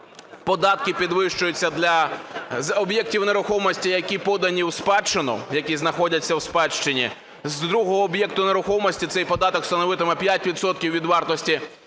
податки підвищуються з об'єктів нерухомості, які подані у спадщину, які знаходяться у спадщині. З другого об'єкту нерухомості цей податок становитиме 5 відсотків